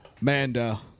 Manda